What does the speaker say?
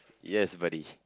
yes buddy